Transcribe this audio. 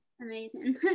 Amazing